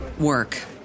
work